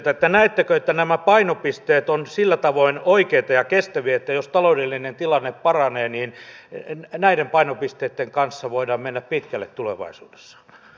näettekö että nämä painopisteet ovat sillä tavoin oikeita ja kestäviä että jos taloudellinen tilanne paranee niin näiden painopisteitten kanssa voidaan mennä pitkälle tulevaisuudessa